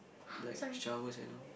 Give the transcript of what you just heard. like showers and all